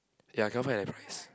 ya cannot find that price